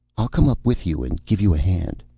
i'll come up with you and give you a hand.